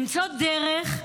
למצוא דרך,